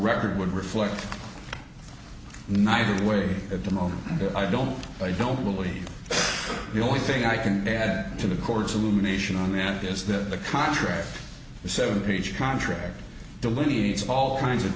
record would reflect neither way at the moment i don't i don't believe the only thing i can add to the court's illumination on that is that the contract a seven page contract delineates all kinds of